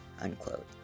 unquote